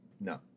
No